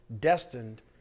destined